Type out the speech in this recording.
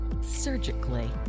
surgically